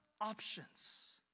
options